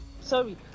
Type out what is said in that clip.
sorry